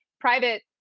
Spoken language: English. private